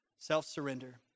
Self-surrender